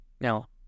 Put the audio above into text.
Now